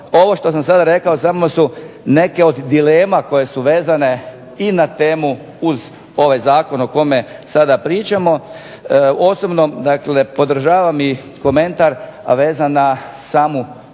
ovo što sam sada rekao samo su neke od dilema koje su vezane i na temu uz ovaj zakon o kome sada pričamo. Osobno, dakle podržavam i komentar vezan na samu